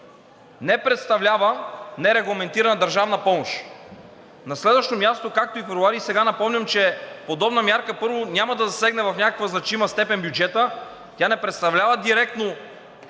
не представляват нерегламентирана държавна помощ. На следващо място. Както през месец февруари, така и сега напомням, че подобна мярка, първо, няма да засегне в някаква значима степен бюджета. Тя не представлява директно